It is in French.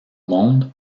monde